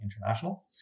International